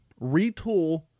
retool